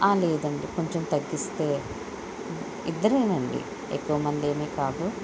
లేదండి కొంచెం తగ్గిస్తే ఇద్దరేనండి ఎక్కువ మందేమీ కాదు